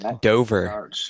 Dover